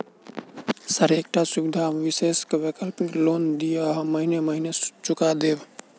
Sir एकटा सुविधा विशेष वैकल्पिक लोन दिऽ हम महीने महीने चुका देब?